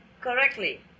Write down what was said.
correctly